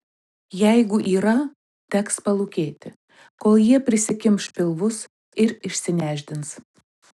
jeigu yra teks palūkėti kol jie prisikimš pilvus ir išsinešdins